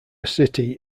city